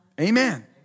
Amen